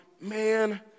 man